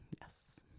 Yes